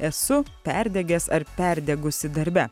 esu perdegęs ar perdegusi darbe